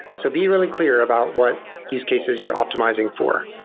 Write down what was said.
so be really clear about what use cases you're optimizing for,